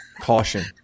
Caution